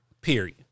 period